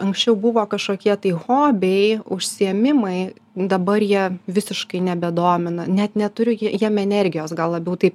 anksčiau buvo kažkokie tai hobiai užsiėmimai dabar jie visiškai nebedomina net neturiu ja jiem energijos gal labiau taip